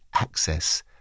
access